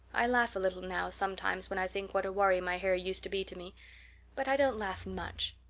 i laugh a little now sometimes when i think what a worry my hair used to be to me but i don't laugh much,